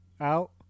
Out